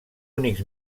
únics